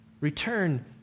Return